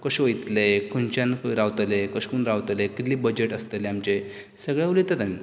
कशें वयतले खंयच्यान खंय रावतले कशें करून रावतले कितली बजट आसतले आमचे सगलें उलयतात आमी